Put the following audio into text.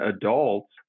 adults